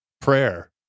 prayer